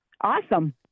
Awesome